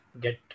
get